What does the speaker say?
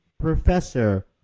Professor